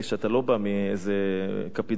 אתה לא בא עם איזו כפית זהב.